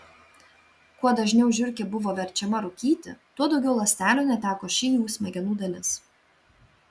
kuo dažniau žiurkė buvo verčiama rūkyti tuo daugiau ląstelių neteko ši jų smegenų dalis